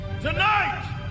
Tonight